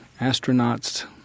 astronauts –